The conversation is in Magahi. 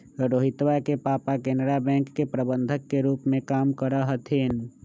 रोहितवा के पापा केनरा बैंक के प्रबंधक के रूप में काम करा हथिन